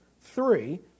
Three